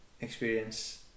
experience